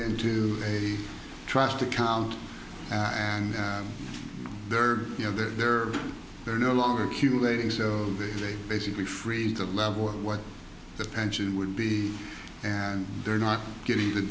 into a trust account and they're you know they're there they're no longer accumulating so they basically freeze the level of what their pension would be and they're not getting the